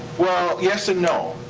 well, yes and no.